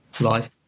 life